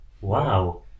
wow